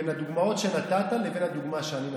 בין הדוגמאות שנתת לבין הדוגמה שאני נתתי?